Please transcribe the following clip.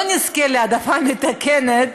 לא נזכה להעדפה מתקנת